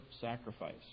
sacrifice